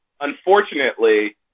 unfortunately